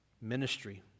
Ministry